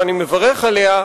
ואני מברך עליה,